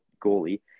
goalie